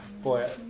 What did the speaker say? boy